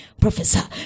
professor